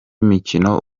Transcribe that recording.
mikino